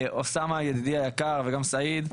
אוסאמה, ידידי היקר, וגם סעיד,